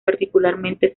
particularmente